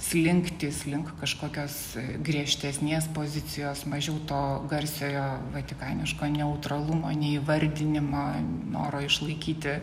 slinktys link kažkokios griežtesnės pozicijos mažiau to garsiojo vatikaniško neutralumo neįvardinimo noro išlaikyti